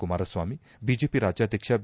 Kumaraswamy BJP ರಾಜ್ತಾಧ್ವಕ್ಷ B